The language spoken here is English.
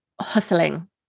hustling